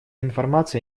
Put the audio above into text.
информация